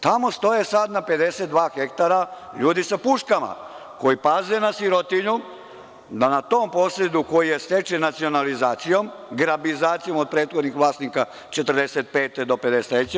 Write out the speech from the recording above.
Tamo stoje sad na 52 hektara ljudi sa puškama, koji paze na sirotinju, da na tom posedu koji je stečen nacionalizacijom, grabizacijom od prethodnih vlasnika, 1945-1953. godine…